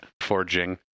Forging